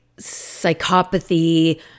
psychopathy